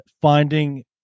finding